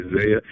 Isaiah